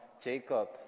jacob